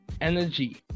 energy